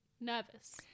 nervous